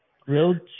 Grilled